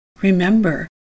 Remember